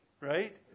right